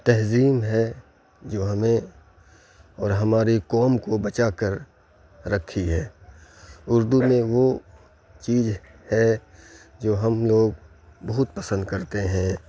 تہذیب ہے جو ہمیں اور ہماری قوم کو بچا کر رکھی ہے اردو میں وہ چیز ہے جو ہم لوگ بہت پسند کرتے ہیں